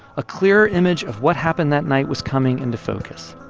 a clearer image of what happened that night was coming into focus,